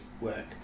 work